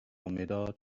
مداد